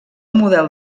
model